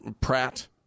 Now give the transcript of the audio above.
Pratt